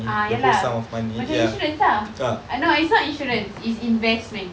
ah ya lah macam insurance ah no it's not insurance it's investment